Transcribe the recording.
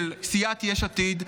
של סיעת יש עתיד,